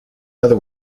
other